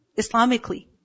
Islamically